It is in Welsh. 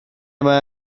mae